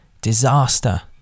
disaster